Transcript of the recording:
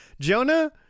jonah